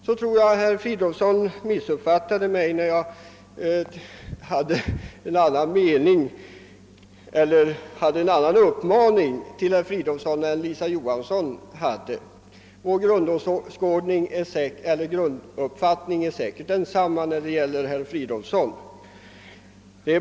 Jag tror att herr Fridolfsson i Stockholm missuppfattade mig när han trod de att jag hade en annan uppmaning till honom än den som Lisa Johansson hade. Fru Johanssons och min grunduppfattning om herr Fridolfsson är säkert densamma.